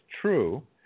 true